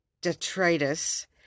detritus